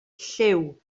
llyw